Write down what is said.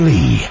Lee